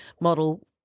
model